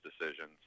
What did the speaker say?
decisions